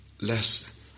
less